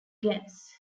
gas